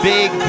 big